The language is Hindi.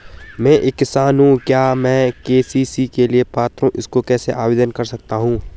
मैं एक किसान हूँ क्या मैं के.सी.सी के लिए पात्र हूँ इसको कैसे आवेदन कर सकता हूँ?